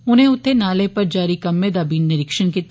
उनें उत्थे नाले पर जारी कम्मै दा बी निरीक्षण कीता